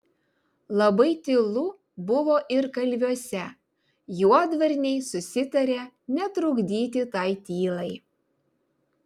labai tylu buvo ir kalviuose juodvarniai susitarė netrukdyti tai tylai